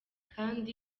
kandi